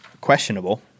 questionable